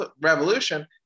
Revolution